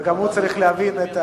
וגם הוא צריך להבין.